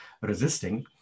resisting